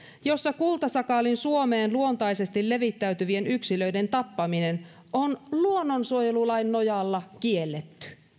jossa kultasakaalin suomeen luontaisesti levittäytyvien yksilöiden tappaminen on luonnonsuojelulain nojalla kielletty